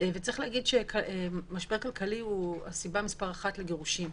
וצריך להגיד שמשבר כלכלי הוא הסיבה מספר אחת לגירושים,